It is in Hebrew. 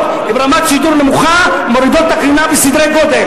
עם רמת שידור נמוכה מוריד את הקרינה בסדרי-גודל.